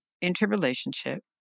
interrelationship